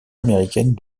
américaine